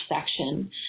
section